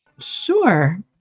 Sure